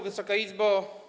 Wysoka Izbo!